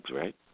right